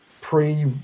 pre